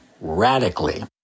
radically